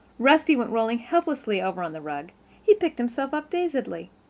rusty went rolling helplessly over on the rug he picked himself up dazedly.